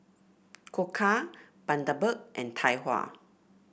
Koka Bundaberg and Tai Hua